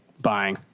buying